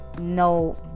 no